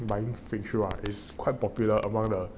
buying fake shoes is quite popular among the